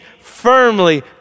firmly